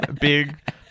big